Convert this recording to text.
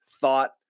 thought